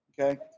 Okay